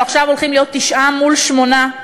ועכשיו הולכים להיות תשעה מול שמונה,